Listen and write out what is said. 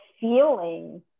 feeling